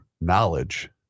Knowledge